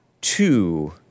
two